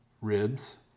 ribs